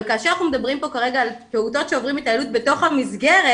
אבל כאשר אנחנו מדברים פה כרגע על פעוטות שעוברים התעללות בתוך המסגרת,